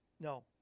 No